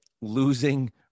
losing